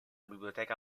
biblioteca